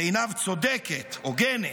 שבעיניו היא צודקת, הוגנת,